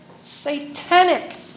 satanic